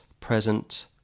present